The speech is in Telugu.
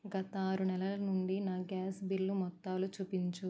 గత ఆరు నెలల నుండి నా గ్యాస్ బిల్లు మొత్తాలు చూపించు